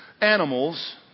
animals